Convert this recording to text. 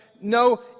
no